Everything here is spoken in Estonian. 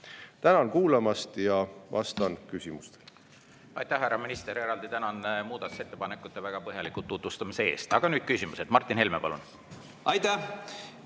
Tänan kuulamast ja vastan küsimustele. Aitäh, härra minister! Eraldi tänan muudatusettepanekute väga põhjaliku tutvustamise eest. Aga nüüd küsimused. Martin Helme, palun! Aitäh,